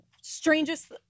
strangest